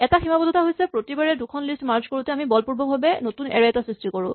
এটা সীমাবদ্ধতা হৈছে প্ৰতিবাৰে দুখন লিষ্ট মাৰ্জ কৰোতে আমি বলপূৰ্বকভাৱে এটা নতুন এৰে সৃষ্টি কৰোঁ